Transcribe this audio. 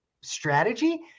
strategy